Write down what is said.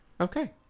Okay